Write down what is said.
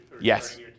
Yes